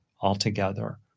altogether